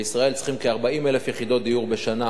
בישראל צריכים כ-40,000 יחידות דיור בשנה,